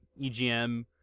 EGM